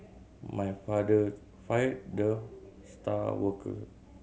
my father fired the star worker